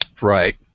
Right